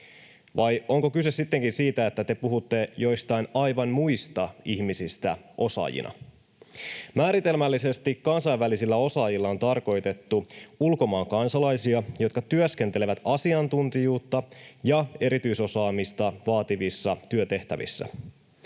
Vai onko kyse sittenkin siitä, että te puhutte joistain aivan muista ihmisistä osaajina? Määritelmällisesti kansainvälisillä osaajilla on tarkoitettu ulkomaan kansalaisia, jotka työskentelevät asiantuntijuutta ja erityisosaamista vaativissa työtehtävissä.